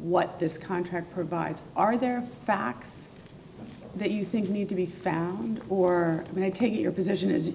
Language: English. what this contract provides are there facts that you think need to be found or they take your position a